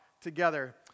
together